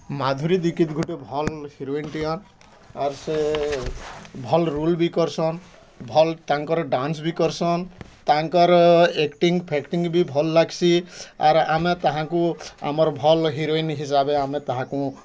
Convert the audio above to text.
ମାଧୁରୀ ଦୀକ୍ଷିତ ଗୁଟେ ଭଲ୍ ହିରୋଇନ୍ ଟେ ଆନ୍ ଆର୍ ସେ ଭଲ୍ ରୋଲ୍ ବି କର୍ସନ୍ ଭଲ୍ ତାଙ୍କର୍ ଡ୍ୟାନ୍ସ ବି କର୍ସନ୍ ତାଙ୍କର ଏକ୍ଟିଙ୍ଗ୍ ଫେଟିଙ୍ଗ୍ ବି ଭଲ୍ ଲାଗ୍ସି ଆର୍ ଆମେ ତାହାକୁ ଆମର୍ ଭଲ୍ ହିରୋଇନ୍ ହିସାବେ ଆମେ ତାହାକୁ